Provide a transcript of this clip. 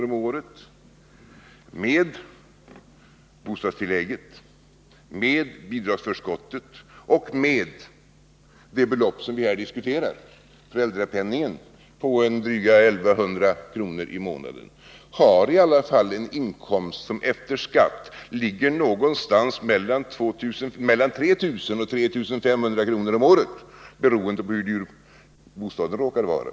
om året, med bostadstillägget, med bidragsförskottet och med det belopp som vi här diskuterar, en föräldrapenning på drygt 1100 kr. i månaden, en inkomst som efter skatt ligger någonstans mellan 3 000 och 3 500 kr. i månaden beroende på hur dyr bostaden råkar vara.